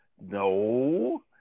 no